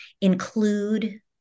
include